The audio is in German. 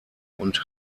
und